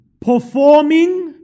Performing